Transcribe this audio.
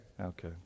Okay